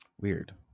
Weird